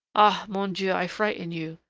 ah! mon dieu! i frighten you,